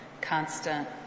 constant